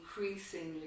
increasingly